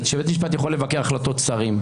שבית משפט יכול לבקר החלטות של שרים,